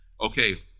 Okay